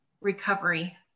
recovery